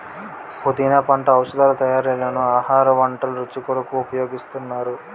పుదీనా పంట ఔషధాల తయారీలోనూ ఆహార వంటల రుచి కొరకు ఉపయోగిస్తున్నారు